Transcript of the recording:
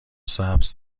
سبز